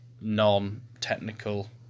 non-technical